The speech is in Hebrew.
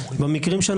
ובמקרים של